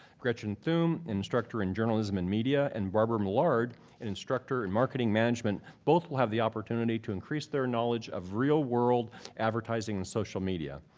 gretchen thum, instructor in journalism and media, and barbara millard, an instructor in marketing management, both will have the opportunity to increase their knowledge of real-world advertising in social media.